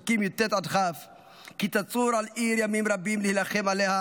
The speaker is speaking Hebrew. פסוק י"ט: "כי תצור אל עיר ימים רבים להִלחם עליה